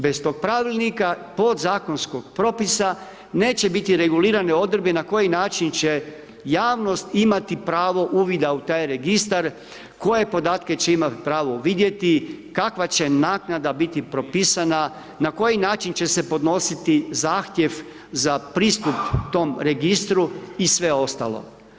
Bez tog pravilnika, podzakonskog propisa, neće biti regulirane odredbe, na koji način će javnost imati pravo uvida u taj registar, koje podatke će imati pravo vidjeti, kakva će naknada biti propisana, na koji način će se podnositi zahtjev za pristup tom registru i sve ostalo.